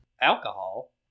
alcohol